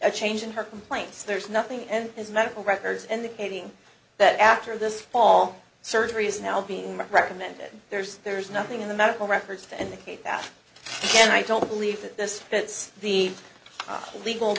a change in her complaints there's nothing and his medical records and the ending that after this fall surgery is now being recommended there's there's nothing in the medical records to indicate that and i don't believe that this fits the legal